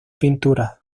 pinturas